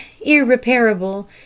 irreparable